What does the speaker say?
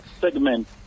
segment